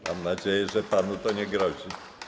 Mam nadzieję, że panu to nie grozi.